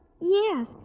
Yes